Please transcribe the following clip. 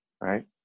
Right